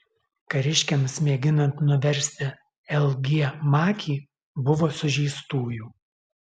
kariškiams mėginant nuversti l g makį buvo sužeistųjų